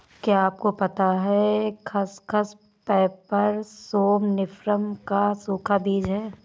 क्या आपको पता है खसखस, पैपर सोमनिफरम का सूखा बीज है?